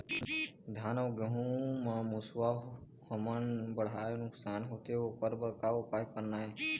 धान अउ गेहूं म मुसवा हमन ले बड़हाए नुकसान होथे ओकर बर का उपाय करना ये?